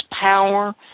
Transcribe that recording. power